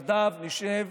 ותצעק הרבה זמן משם.